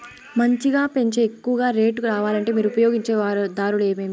మంచిగా పెంచే ఎక్కువగా రేటు రావాలంటే మీరు ఉపయోగించే దారులు ఎమిమీ?